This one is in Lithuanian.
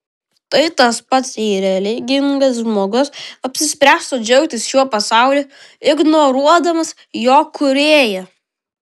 tai tas pats jei religingas žmogus apsispręstų džiaugtis šiuo pasauliu ignoruodamas jo kūrėją